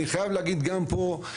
אני חייב להגיד גם פה,